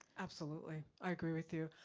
absolutely, i agree with you.